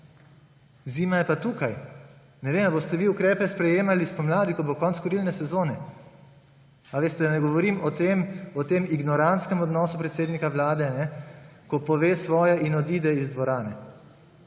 Zima je pa tukaj. Ne vem, ali boste vi ukrepe sprejemali spomladi, ko bo konec kurilne sezone. Veste, govorim o tem ignorantskem odnosu predsednika Vlade, ko pove svoje in odide iz dvorane.